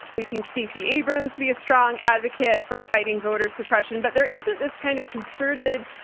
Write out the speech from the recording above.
we've seen stacey abrams to be a strong advocate for fighting voter suppression, but there isn't this kind of concerted,